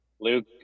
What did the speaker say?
Luke